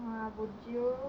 !wah! bojio